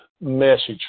message